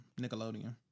Nickelodeon